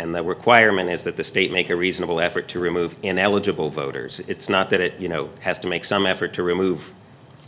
were quire meant is that the state make a reasonable effort to remove ineligible voters it's not that it you know has to make some effort to remove